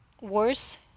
worse